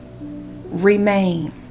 remain